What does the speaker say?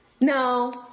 No